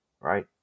Right